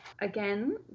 Again